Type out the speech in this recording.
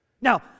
Now